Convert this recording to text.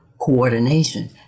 coordination